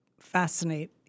fascinate